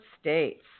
states